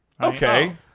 Okay